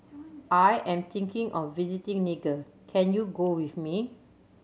I am thinking of visiting Niger can you go with me